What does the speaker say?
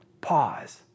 Pause